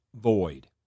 void